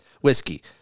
Whiskey